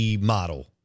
model